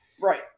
Right